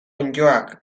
onddoak